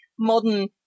modern